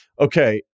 Okay